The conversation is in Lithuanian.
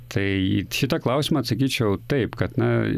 tai į šitą klausimą atsakyčiau taip kad na